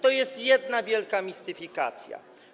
To jest jedna wielka mistyfikacja.